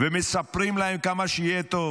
ומספרים להם כמה שיהיה טוב.